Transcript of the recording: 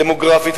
דמוגרפית,